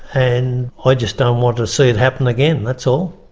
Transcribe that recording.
and i just don't want to see it happen again, that's all.